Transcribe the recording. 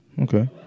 Okay